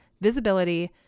visibility